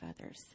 others